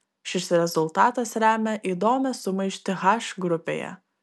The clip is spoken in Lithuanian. šis rezultatas lemia įdomią sumaištį h grupėje